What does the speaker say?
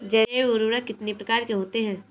जैव उर्वरक कितनी प्रकार के होते हैं?